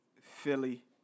Philly